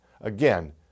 Again